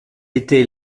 était